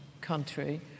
country